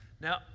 Now